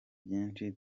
byinshi